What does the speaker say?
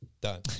done